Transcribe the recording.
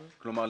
כלומר,